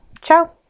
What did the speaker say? ciao